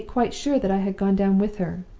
and make quite sure that i had gone down with her.